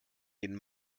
den